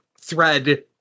thread